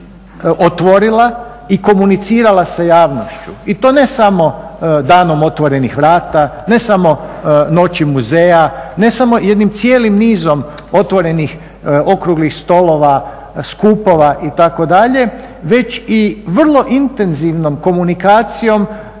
i komunicirala sa javnošću i to ne samo danom otvorenih vrata, ne samo noći muzeja, ne samo jednim cijelim nizom otvorenih okruglih stolova, skupova itd. već i vrlo intenzivnom komunikacijom